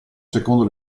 secondo